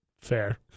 Fair